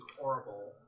horrible